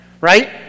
Right